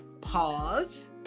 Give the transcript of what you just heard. Pause